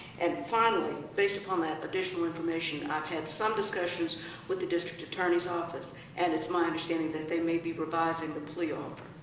and finally, based upon that additional information, i've had some discussions with the district attorney's office, and it's my understanding that they may be revising the plea um